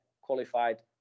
qualified